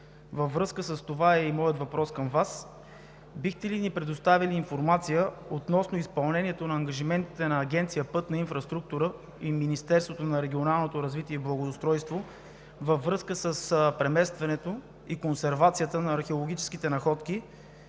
Във връзка с това е и моят въпрос към Вас: бихте ли ни предоставили информация относно изпълнението на ангажиментите на Агенция „Пътна инфраструктура“ и Министерството на регионалното развитие и благоустройството във връзка с преместването и консервацията на археологическите находки